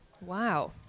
Wow